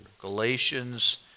Galatians